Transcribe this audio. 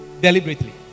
deliberately